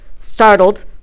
Startled